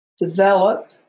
develop